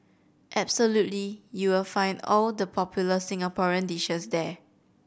absolutely you will find all the popular Singaporean dishes there